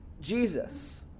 Jesus